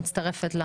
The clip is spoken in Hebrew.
אני מצטרפת.